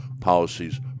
policies